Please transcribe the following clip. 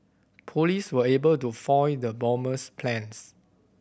police were able to foil the bomber's plans